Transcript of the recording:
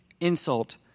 insult